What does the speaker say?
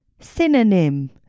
synonym